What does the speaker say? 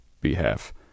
behalf